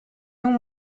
jûn